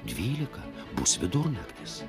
dvylika bus vidurnaktis